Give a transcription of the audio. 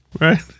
right